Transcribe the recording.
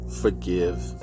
forgive